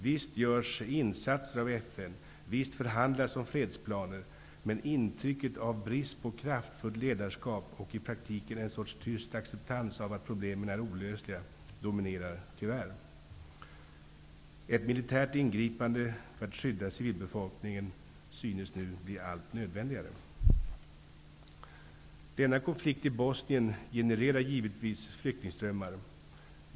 Visst görs insatser av FN, visst förhandlas om fredsplaner, men intrycket av brist på kraftfullt ledarskap och i praktiken en sorts tyst acceptans av att problemen är olösliga dominerar tyvärr. Ett militärt ingripande för att skydda civilbefolkningen synes nu bli allt nödvändigare. Denna konflikt i Bosnien genererar givetvis flyktingströmmar.